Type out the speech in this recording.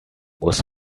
muss